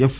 F